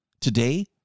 Today